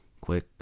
quick